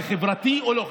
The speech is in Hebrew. זה חברתי או לא חברתי?